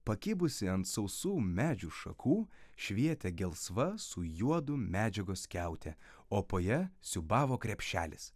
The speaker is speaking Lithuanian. pakibusi ant sausų medžių šakų švietė gelsva su juodu medžiagos skiautė o po ja siūbavo krepšelis